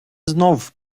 знов